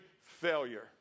failure